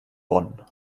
bonn